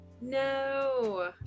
No